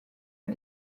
est